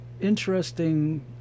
interesting